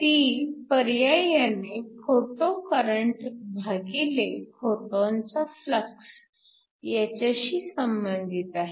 ती पर्यायाने photo current भागिले फोटॉनचा फ्लक्स ह्याच्याशी संबंधित आहे